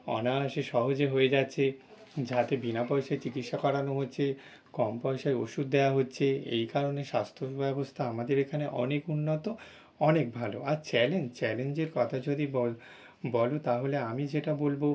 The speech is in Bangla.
অনায়াসে সহজে হয়ে যাচ্ছে যাতে বিনা পয়সায় চিকিৎসা করানো হচ্ছে কম পয়সায় ওষুধ দেওয়া হচ্ছে এই কারণে স্বাস্থ্য ব্যবস্থা আমাদের এখানে অনেক উন্নত অনেক ভালো আর চ্যালেঞ্জ চ্যালেঞ্জের কথা যদি বল বলো তাহলে আমি যেটা বলবো